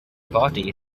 party